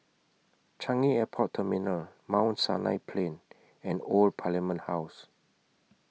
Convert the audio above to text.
Changi Airport Terminal Mount Sinai Plain and Old Parliament House